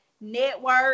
network